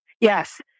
yes